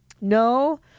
No